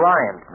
Ryan